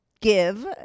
give